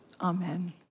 Amen